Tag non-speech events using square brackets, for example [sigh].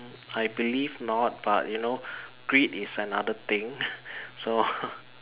I believe not but you know greed is another thing [laughs] so